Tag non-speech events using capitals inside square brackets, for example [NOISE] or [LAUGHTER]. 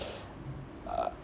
[BREATH] uh